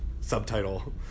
subtitle